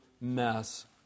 mess